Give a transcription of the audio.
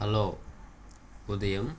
hello ఉదయం